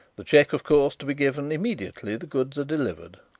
the cheque, of course, to be given immediately the goods are delivered?